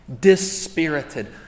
Dispirited